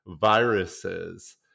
viruses